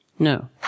No